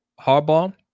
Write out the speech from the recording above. Harbaugh